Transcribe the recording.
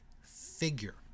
figure